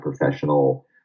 professional